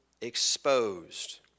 exposed